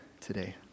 today